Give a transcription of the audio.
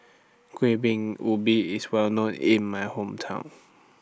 Kueh Bingka Ubi IS Well known in My Hometown